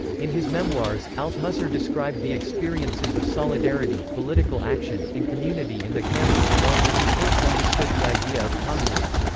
in his memoirs, althusser described the experiences of solidarity, political action, and community in the camp as the moment he first understood the idea of communism.